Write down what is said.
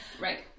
Right